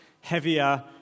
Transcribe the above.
heavier